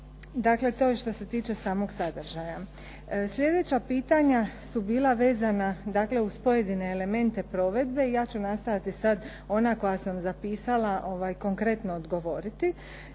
Dakle, to je što se tiče samog sadržaja. Sljedeća pitanja su bila vezana, dakle uz pojedine elemente provedbe i ja ću nastojati sad ona koja sam zapisala konkretno odgovoriti.